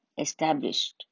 established